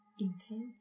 intense